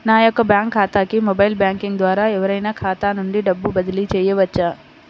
నా యొక్క బ్యాంక్ ఖాతాకి మొబైల్ బ్యాంకింగ్ ద్వారా ఎవరైనా ఖాతా నుండి డబ్బు బదిలీ చేయవచ్చా?